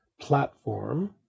platform